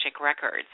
Records